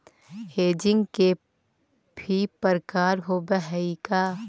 Hedging के भी प्रकार होवअ हई का?